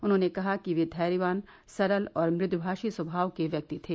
उन्होंने कहा कि वे धैर्यवान सरल और मुद्भाषी स्वभाव के व्यक्ति थे